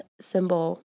symbol